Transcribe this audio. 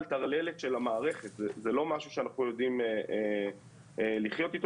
שראוי לקיים את הדיון הזה כשכל הדברים עומדים לפנינו.